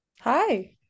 Hi